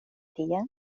tien